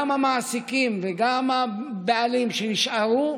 גם המעסיקים וגם הבעלים שנשארו,